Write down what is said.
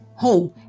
Hey